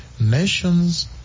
nations